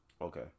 Okay